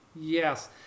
Yes